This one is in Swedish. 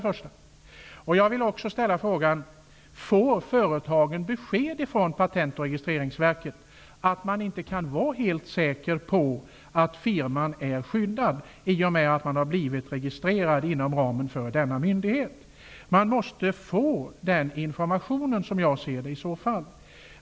Får företagen besked från Patent och registreringsverket att de inte kan vara helt säkra på att firmanamnet är skyddat i och med att företaget har registrerats inom ramen för denna myndighets verksamhet? Jag anser att företagen i så fall måste få den informationen.